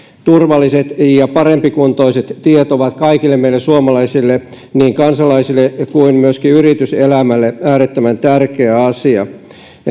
turvalliset ja parempikuntoiset tiet ovat kaikille meille suomalaisille niin kansalaisille kuin myöskin yrityselämälle äärettömän tärkeä asia